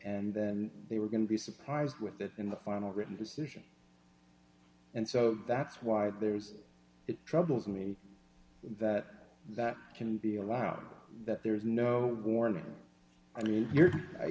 and then they were going to be surprised with that in the final written decision and so that's why there's it troubles me that that can be allowed that there's no warning i mean